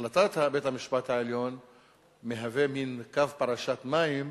שהחלטת בית-המשפט העליון מהווה מין קו פרשת מים